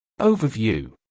Overview